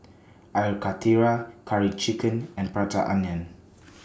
Air Karthira Curry Chicken and Prata Onion